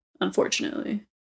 unfortunately